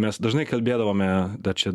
mes dažnai kalbėdavome da čiat